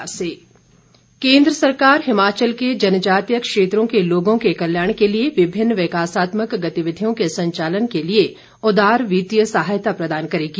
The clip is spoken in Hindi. केन्द्रीय मंत्री केन्द्र सरकार हिमाचल के जनजातीय क्षेत्रों के लोगों के कल्याण के लिए विभिन्न विकासात्मक गतिविधियों के संचालन के लिए उदार वित्तीय सहायता प्रदान करेगी